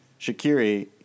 Shakiri